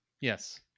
yes